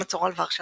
המצור על ורשה,